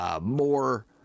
more